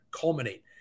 culminate